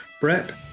brett